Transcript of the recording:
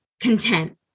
content